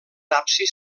absis